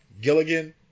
Gilligan